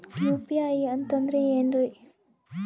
UPI ಅಂತಂದ್ರೆ ಏನ್ರೀ?